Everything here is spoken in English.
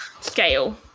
scale